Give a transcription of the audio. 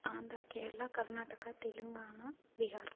Andhra Kerala Karnataka Telangana Bihar